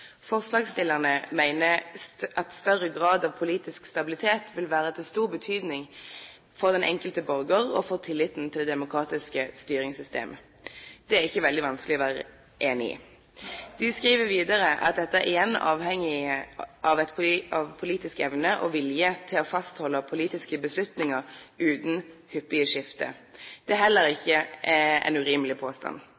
Forslagsstillerne mener at større grad av politisk stabilitet vil være av stor betydning for den enkelte borger og for tilliten til det demokratiske styringssystemet. Det er det ikke veldig vanskelig å være enig i. De skriver videre at dette igjen er avhengig av politisk evne og vilje til å fastholde politiske beslutninger uten hyppige skifter. Det er heller